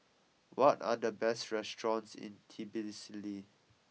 what are the best restaurants in Tbilisi